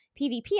PVP